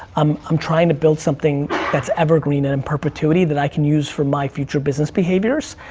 um i'm trying to build something that's evergreen and in perpetuity, that i can use for my future business behaviors.